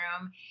room